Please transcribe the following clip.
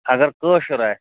اگر کٲشُر آسہِ